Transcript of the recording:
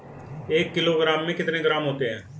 एक किलोग्राम में कितने ग्राम होते हैं?